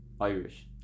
Irish